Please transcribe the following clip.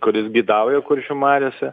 kuris geidauja kuršių mariose